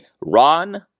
Ron